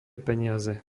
peniaze